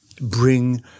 bring